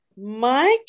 Mike